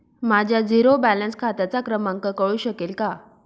माझ्या zero balance खात्याचा क्रमांक कळू शकेल का?